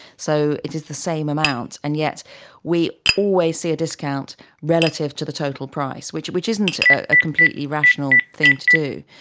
so it is the same amount, and yet we always see a discount relative to the total price, which which isn't a completely rational thing to do.